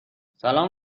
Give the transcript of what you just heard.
سلام